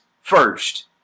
first